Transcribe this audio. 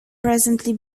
presently